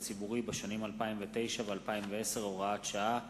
הציבורי בשנים 2009 ו-2010 (הוראת שעה),